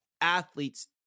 athlete's